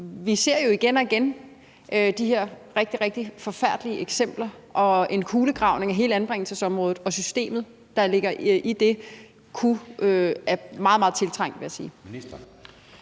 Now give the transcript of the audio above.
vi ser jo igen og igen de her rigtig, rigtig forfærdelige eksempler, og en kulegravning af hele anbringelsesområdet og systemet, der ligger i det, er meget, meget tiltrængt, vil jeg sige.